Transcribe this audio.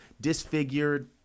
disfigured